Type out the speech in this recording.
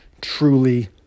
truly